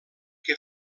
que